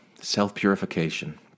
self-purification